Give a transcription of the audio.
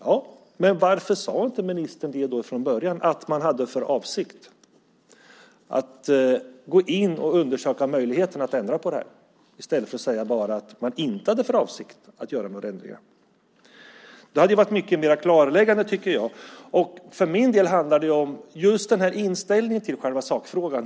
Ja, men varför sade då inte ministern från början att man hade för avsikt att gå in och undersöka möjligheterna att ändra på det här i stället för att bara säga att man inte hade för avsikt att göra några ändringar? Det hade ju varit mycket mer klarläggande, tycker jag. För min del handlar det om inställningen till själva sakfrågan.